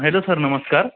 hello sir नमस्कार